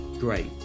Great